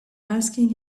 asking